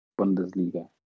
Bundesliga